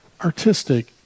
artistic